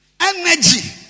Energy